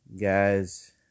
guys